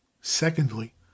secondly